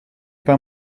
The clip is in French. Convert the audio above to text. pas